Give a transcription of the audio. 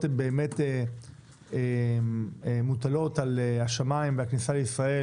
הן באמת מוטלות על השמיים והכניסה לישראל